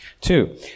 Two